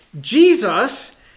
Jesus